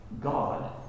God